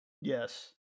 yes